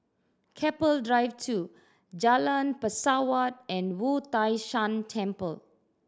Keppel Drive Two Jalan Pesawat and Wu Tai Shan Temple